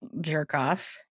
jerk-off